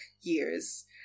years